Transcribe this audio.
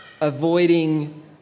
avoiding